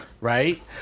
right